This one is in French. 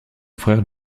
frère